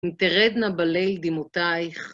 אם תרדנה בליל דמותייך.